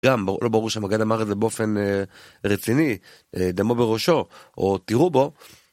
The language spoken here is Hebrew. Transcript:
גם, לא ברור שהמג"ד אמר את זה באופן רציני, דמו בראשו, או תירו בו.